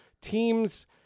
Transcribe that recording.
teams